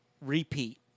repeat